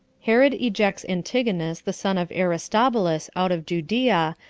herod ejects antigonus, the son of aristobulus out of judea,